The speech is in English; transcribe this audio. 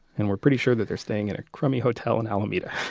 and we're pretty sure that they're staying in a crummy hotel in alameda.